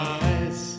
eyes